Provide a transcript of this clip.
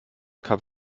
kap